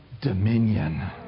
dominion